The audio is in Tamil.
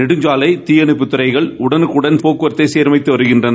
நெடுஞ்சாலை தீயணைப்புத் துறைகள் உடனுக்குடன் போக்குவரத்து சீர் செய்து வருகின்றனர்